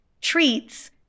treats